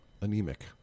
anemic